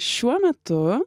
šiuo metu